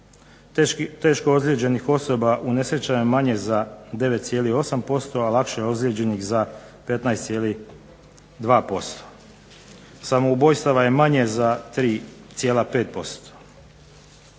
Teško ozlijeđenih osoba u nesrećama je manje za 9,8%, a lakše je ozlijeđenih za 15,2%. Samoubojstava je manje za 3,5%.